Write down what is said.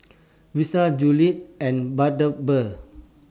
Versace Julie's and Bundaberg